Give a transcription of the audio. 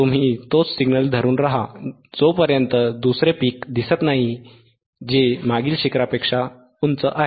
तुम्ही तोच सिग्नल धरून राहा जोपर्यंत दुसरे शिखरपीक दिसत नाही जे मागील शिखरापेक्षापीकपेक्षा उंच आहे